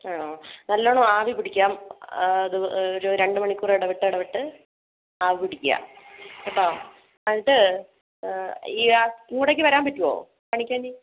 ആണോ നല്ലവണ്ണം ആവി പിടിക്കാം അതു ഒരു രണ്ടു മണിക്കൂർ ഇടവിട്ട് ഇടവിട്ട് ആവി പിടിക്കുക കേട്ടോ എന്നിട്ട് ഇയാൾ ഇങ്ങോട്ടേക്ക് വരാൻ പറ്റുമോ കാണിക്കാൻ